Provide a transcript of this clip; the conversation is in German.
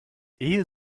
ehe